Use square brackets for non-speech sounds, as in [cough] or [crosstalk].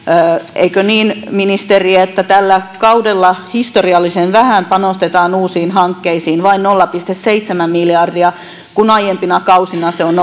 eikö niin ministeri että tällä kaudella historiallisen vähän panostetaan uusiin hankkeisiin vain nolla pilkku seitsemän miljardia kun aiempina kausina se on [unintelligible]